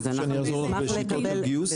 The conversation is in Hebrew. שאני אעזור לך בשיטות גיוס?